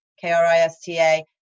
K-R-I-S-T-A